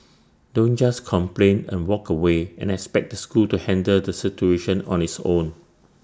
don't just complain and walk away and expect the school to handle the situation on its own